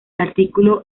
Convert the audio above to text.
artículo